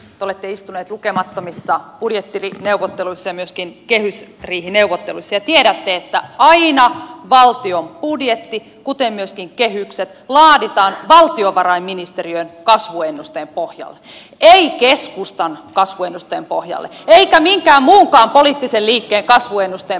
te olette istunut lukemattomissa budjettineuvotteluissa ja myöskin kehysriihineuvotteluissa ja tiedätte että aina valtion budjetti kuten myöskin kehykset laaditaan valtiovarainministeriön kasvuennusteen pohjalle ei keskustan kasvuennusteen pohjalle eikä minkään muunkaan poliittisen liikkeen kasvuennusteen pohjalle